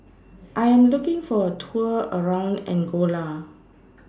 I Am looking For A Tour around Angola